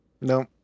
No